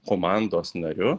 komandos nariu